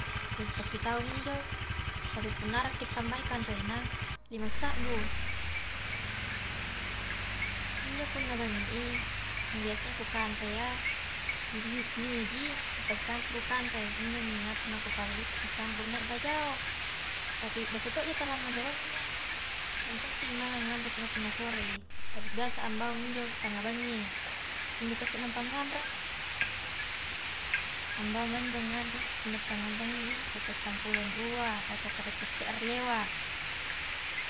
ta sitau injo, tapi punna arrakki tambai kanrena lima sabbu, injo punna bangi i nu biasa ia kukanre iya mieji kupasicampuru kanre, injomi apa naku parallui ku pasicampuru nai bajao, tapi biasa to ja tala nganre bangi iya, yang penting mainga nganre to he punna sorei, tapi biasa a ambaung injo tanga bangi, injopasi nampa nganre, ambaunga injo nganre punna tanga bangi i tette sampulong rua, ataukah tette serre lewat.